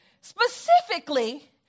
specifically